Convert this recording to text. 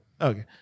Okay